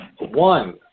one